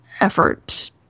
effort